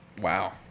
Wow